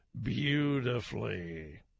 beautifully